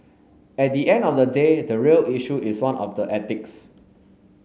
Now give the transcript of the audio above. at the end of the day the real issue is one of the ethics